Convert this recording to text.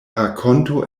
rakonto